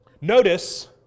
Notice